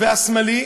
והשמאלי?